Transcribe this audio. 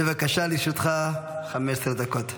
בבקשה לרשותך, 15 דקות.